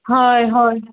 हय हय